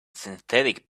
synthetic